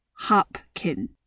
Hopkin